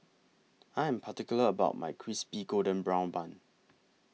I Am particular about My Crispy Golden Brown Bun